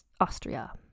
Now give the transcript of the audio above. Austria